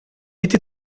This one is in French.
était